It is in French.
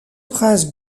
prince